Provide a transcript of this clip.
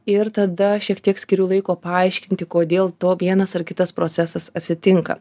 ir tada šiek tiek skiriu laiko paaiškinti kodėl to vienas ar kitas procesas atsitinka